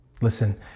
Listen